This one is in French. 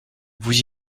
vous